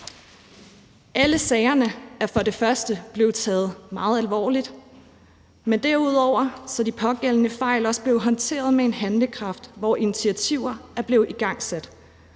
Alle sagerne er for det første blev taget meget alvorligt, men derudover er de pågældende fejl også blevet håndteret med handlekraft, hvor initiativer er blevet igangsat